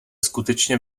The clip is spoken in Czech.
skutečně